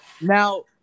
now